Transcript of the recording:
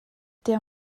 der